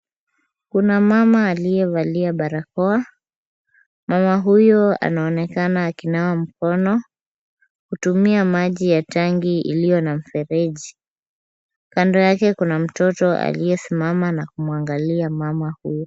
Kuna mama aliyevalia barakoa, mama huyu anaonekana akinawa mkono kutumia maji ya tanki iliyo na mfereji, kando yake kuna mtoto aliyesimama na kumwangalia mama huyu.